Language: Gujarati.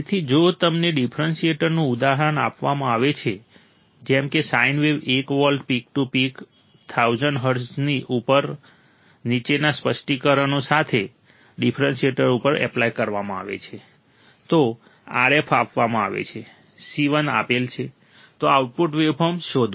તેથી જો તમને ડિફરન્શિએટરનું ઉદાહરણ આપવામાં આવે જેમ કે sine wave 1 volt peak to peak 1000 હર્ટ્ઝની ઉપર નીચેના સ્પષ્ટીકરણો સાથે ડિફરન્શિએટર ઉપર એપ્લાય કરવામાં આવે છે તો RF આપવામાં આવે છે C1 આપેલ છે તો આઉટપુટ વેવફોર્મ શોધો